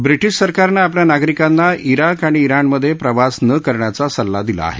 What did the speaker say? breeding सरकारनं आपल्या नागरिकांना ईराक आणि ईराणमधे प्रवास न करण्याचा सल्ला दिला आहे